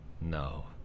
no